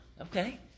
okay